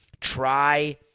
Try